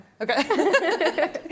Okay